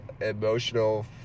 emotional